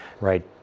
right